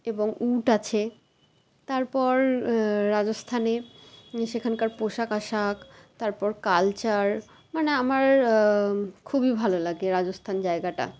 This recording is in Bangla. এবং উট আছে তারপর রাজস্থানে সেখানকার পোশাক আশাক তারপর কালচার মানে আমার খুবই ভালো লাগে রাজস্থান জায়গাটা